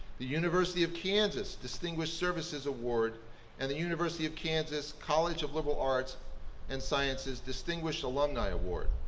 the university of kansas distinguished services award and the university of kansas college of liberal arts and sciences distinguished alumni award.